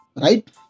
Right